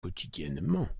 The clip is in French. quotidiennement